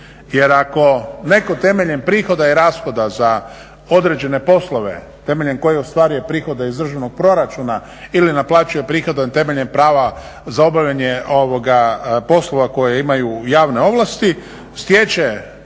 jer ako netko temeljem prihoda i rashoda za određene poslove temeljem koje ostvaruje prihode iz državnog proračuna ili naplaćuje prihode temeljem prava za obavljanje poslova koje imaju javne ovlasti stječe